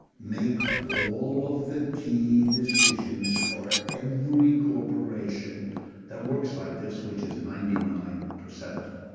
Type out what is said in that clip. make all of the key decisions for every corporation that works like this, which is ninety nine percent of them.